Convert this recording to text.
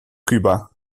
cuba